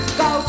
go